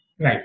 Right